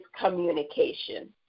communication